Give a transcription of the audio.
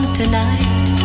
tonight